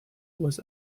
was